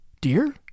Dear